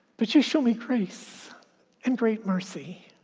but you show me grace and great mercy.